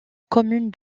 commune